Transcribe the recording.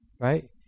right